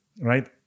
Right